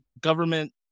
Government